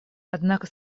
однако